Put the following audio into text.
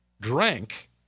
drank